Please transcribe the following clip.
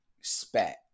spat